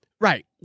Right